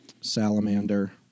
salamander